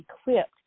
equipped